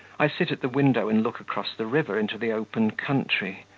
i sit at the window and look across the river into the open country.